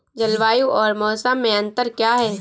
जलवायु और मौसम में अंतर क्या है?